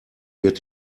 wird